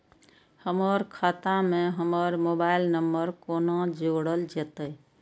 हमर खाता मे हमर मोबाइल नम्बर कोना जोरल जेतै?